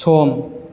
सम